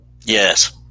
Yes